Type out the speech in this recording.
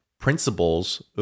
principles